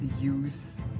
use